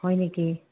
হয় নেকি